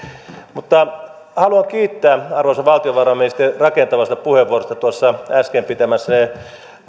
mutta haluan kiittää arvoisaa valtiovarainministeriä rakentavasta puheenvuorosta tuossa äsken pitämässänne